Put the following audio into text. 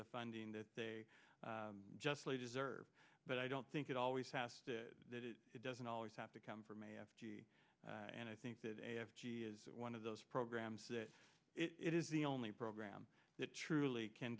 the funding that they just deserve but i don't think it always has that it doesn't always have to come from a f g and i think that a f g is one of those programs that it is the only program that truly can